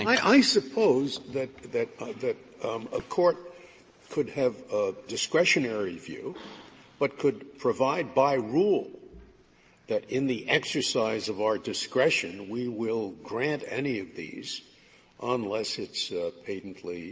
i suppose that that that a court could have a discretionary view but could provide by rule that, in the exercise of our discretion, we will grant any of these unless it's patently